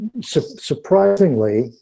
surprisingly